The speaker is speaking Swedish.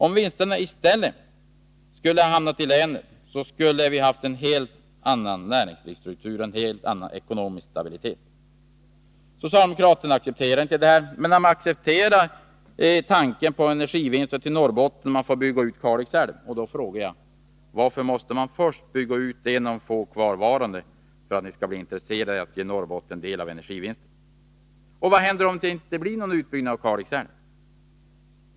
Om vinsterna i stället skulle stanna i länet, skulle vi ha en helt annan näringsstruktur och en helt annan ekonomisk stabilitet. Socialdemokraterna accepterar inte detta — men de accepterar tanken på energivinster till Norrbotten, om man får bygga ut Kalix älv. Då frågar jag: Varför måste man först bygga ut en av de få outbyggda älvarna för att ni skall bli intresserade av att ge Norrbotten del av energivinsterna? Och vad händer om det inte blir någon utbyggnad av Kalix älv?